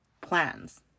plans